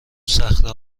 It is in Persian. صخره